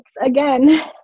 again